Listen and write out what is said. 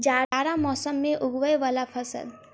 जाड़ा मौसम मे उगवय वला फसल?